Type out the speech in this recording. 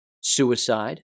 Suicide